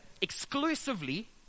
exclusively